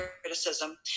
criticism